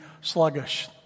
sluggish